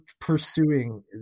pursuing